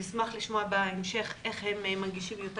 נשמח לשמוע בהמשך איך הם מנגישים יותר